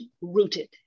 Rooted